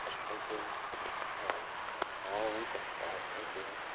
हवस् थ्याङ्क्यु हवस् हुन्छ हुन्छ हवस् थ्याङ्क्यु